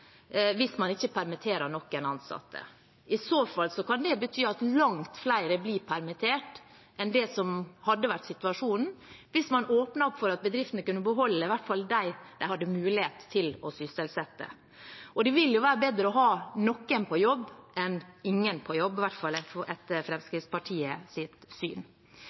hvis man ikke permitterer noen ansatte. I så fall kan det bety at langt flere blir permittert enn det som hadde vært situasjonen hvis man åpnet opp for at bedriftene kunne beholde i hvert fall dem de hadde mulighet til å sysselsette. Det vil jo være bedre å ha noen på jobb enn ingen på jobb, i hvert fall